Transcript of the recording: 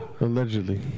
Allegedly